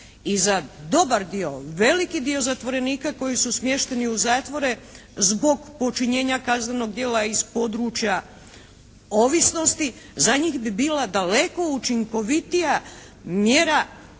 I za dobar dio, veliki dio zatvorenika koji su smješteni u zatvore zbog počinjenja kaznenog djela iz područja ovisnosti, za njih bi bila daleko učinkovitija mjera